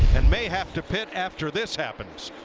and may have to pitch after this happens.